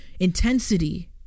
intensity